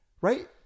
right